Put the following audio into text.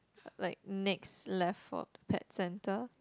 like next left for pet centre